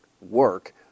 work